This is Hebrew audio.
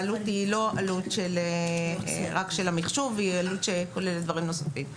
העלות היא לא עלות רק של המחשוב אלא היא עלות שכוללת דברים נוספים.